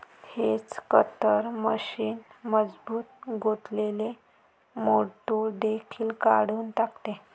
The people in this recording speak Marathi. हेज कटर मशीन मजबूत गोठलेले मोडतोड देखील काढून टाकते